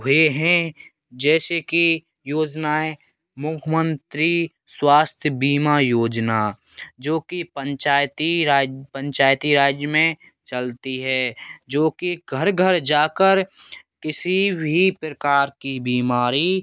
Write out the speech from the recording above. हुए हैं जैसे कि योजनाएँ मुख्मंयत्री स्वास्थ्य बीमा योजना जोकि पंचायती राज पंचायती राज्य में चलती है जोकि घर घर जाकर किसी भी प्रकार की बीमारी